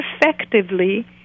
effectively